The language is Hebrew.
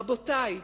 רבותי,